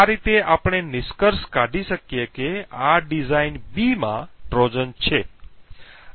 આ રીતે આપણે નિષ્કર્ષ કાઢી શકીએ કે આ ડિઝાઇન B માં ટ્રોજન છે